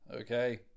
okay